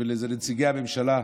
וזה לנציגי הממשלה,